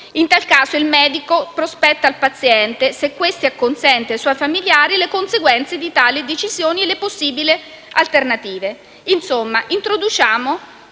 In tal caso, il medico prospetta al paziente, se questi acconsente, e ai suoi familiari le conseguenze di tali decisioni e le possibili alternative. Insomma, introduciamo